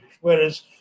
Whereas